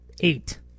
eight